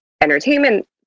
entertainment